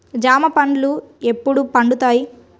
జామ పండ్లు ఎప్పుడు పండుతాయి?